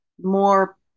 more